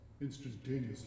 instantaneously